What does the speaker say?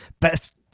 best